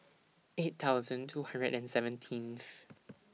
eight thousand two hundred and seventeenth